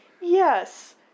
Yes